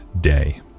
day